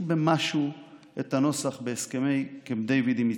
במשהו את הנוסח בהסכמי קמפ דייוויד עם מצרים,